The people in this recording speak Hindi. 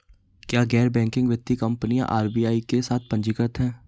क्या गैर बैंकिंग वित्तीय कंपनियां आर.बी.आई के साथ पंजीकृत हैं?